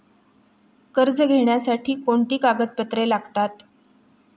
कर्ज घेण्यासाठी कोणती कागदपत्रे लागतात?